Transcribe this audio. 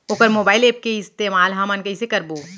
वोकर mobile app के इस्तेमाल हमन कइसे करबो?